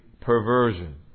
perversion